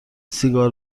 سیگار